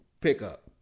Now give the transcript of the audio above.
pickup